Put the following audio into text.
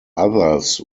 others